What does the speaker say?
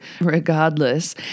regardless